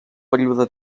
període